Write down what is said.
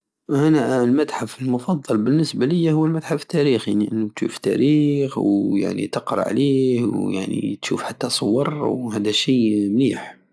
أنا المتحف المفضل بالنسبة لية هو المتحف التاريخي لأنو تشوف التاريخ يعني وتقرى عليه ويعني تشوف حتى الصور وهدا شي مليح